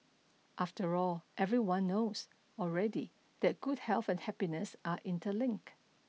after all everyone knows already that good health and happiness are interlinked